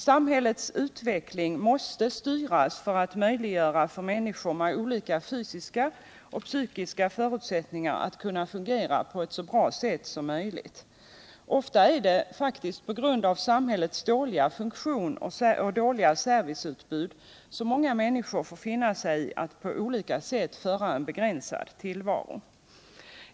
Samhällets utveckling måste styras för att möjliggöra för människor med olika fysiska och psykiska förutsättningar att fungera på ett så bra sätt som möjligt. Ofta är det faktiskt på grund av samhällets dåliga funktion och serviceutbud som många människor får finna sig i en på olika sätt begränsad tillvaro.